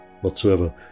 whatsoever